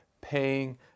paying